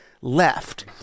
left